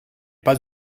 pas